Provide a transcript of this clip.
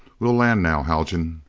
we'll land now, haljan.